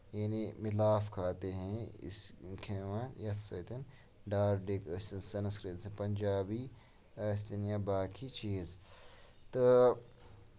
یعنی مِلاپ کھاتے ہے ٲسۍ کھیٚوان یتھ سۭتۍ ڈارڑگ ٲسِن سَنسکرت ٲسِن بَنجابی ٲسِن یا باقٕے چیٖز تہٕ